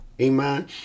Amen